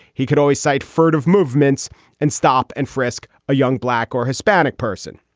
he could always cite furtive movements and stop and frisk a young black or hispanic person.